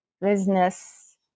business